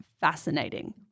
fascinating